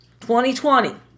2020